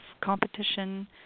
competition